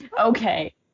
okay